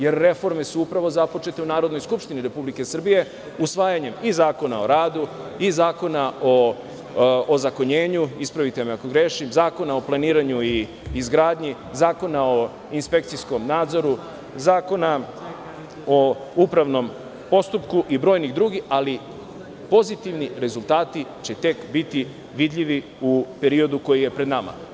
Jer, reforme su upravo započete u Narodnoj skupštini Republike Srbije usvajanjem Zakona o radu, Zakona o ozakonjenju, Zakona o izgradnji, Zakona o inspekcijskom nadzoru, Zakona o upravnom postupku i brojni drugi, ali pozitivni rezultati će tek biti vidljivi u periodu koji je pred nama.